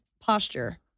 posture